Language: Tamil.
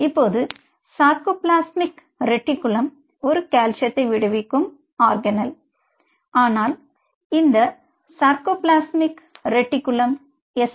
இப்போது சார்கோபிளாஸ்மிக் ரெட்டிகுலம் ஒரு கால்சியம் விடுவிக்கும் ஆர்கனெல் ஆனால் இந்த சார்கோபிளாஸ்மிக் ரெட்டிகுலம் எஸ்